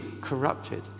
corrupted